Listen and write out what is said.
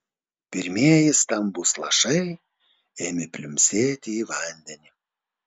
pirmieji stambūs lašai ėmė pliumpsėti į vandenį